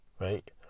right